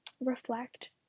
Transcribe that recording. reflect